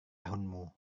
tahunmu